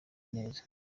neza